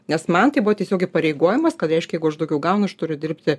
nes man tai buvo tiesiog įpareigojimas kad reiškia jeigu aš daugiau gaunu aš turiu dirbti